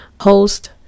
host